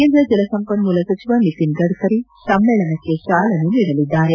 ಕೇಂದ್ರ ಜಲಸಂಪನ್ನೂಲ ಸಚಿವ ನಿತಿನ್ ಗಡ್ಡರಿ ಸಮ್ಮೇಳನಕ್ಕೆ ಚಾಲನೆ ನೀಡಲಿದ್ದಾರೆ